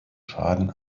schaden